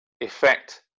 effect